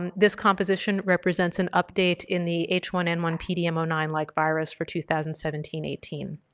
um this composition represents an update in the h one n one p d m o nine like virus for two thousand and seventeen eighteen.